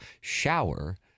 Shower